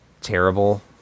terrible